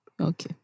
okay